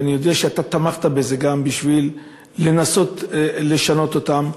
ואני יודע שאתה תמכת בזה גם בשביל לנסות לשנות אותם.